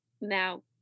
Now